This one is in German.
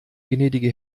gnädige